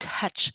touch